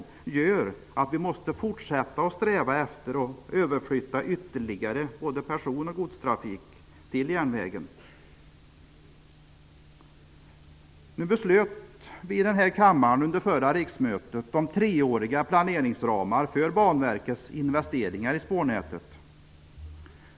Det gör att vi måste fortsätta att sträva efter att överflytta ytterligare person och godstrafik till järnvägen. Vi beslöt i denna kammare under förra riksmötet om treåriga planeringsramar för Banverkets investeringar i spårnätet.